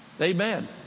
Amen